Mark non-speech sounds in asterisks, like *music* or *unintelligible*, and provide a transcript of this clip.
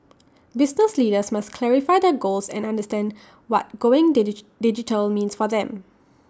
business leaders must clarify their goals and understand what going *unintelligible* digital means for them